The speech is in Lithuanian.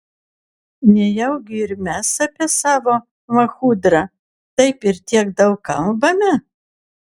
nejaugi ir mes apie savo lachudrą taip ir tiek daug kalbame